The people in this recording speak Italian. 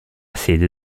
sede